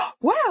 wow